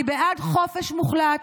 אני בעד חופש מוחלט,